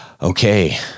Okay